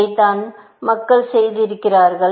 இதைத்தான் மக்கள் செய்திருக்கிறார்கள்